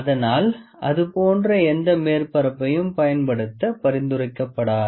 அதனால் அது போன்ற எந்த மேற்பரப்பையும் பயன்படுத்த பரிந்துரைக்கப்படாது